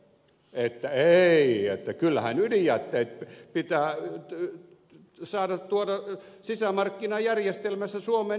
on että ei kyllähän ydinjätteet pitää saada tuoda sisämarkkinajärjestelmässä suomeen ilman muuta